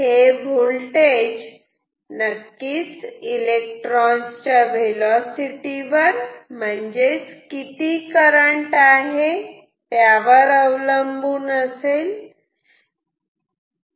हे व्होल्टेज नक्कीच इलेक्ट्रॉनच्या व्हेलॉसिटी वर म्हणजेच किती करंट आहे त्यावर अवलंबून असते